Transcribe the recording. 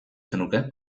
zenuke